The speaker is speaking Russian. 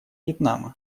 вьетнама